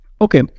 Okay